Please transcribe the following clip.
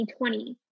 2020